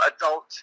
Adult